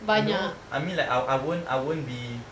you know I mean I I won't I won't be